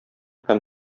һәм